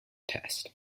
test